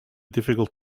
difficult